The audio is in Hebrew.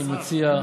אני מציע,